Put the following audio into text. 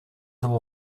жыл